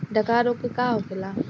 डकहा रोग का होखे?